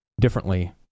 differently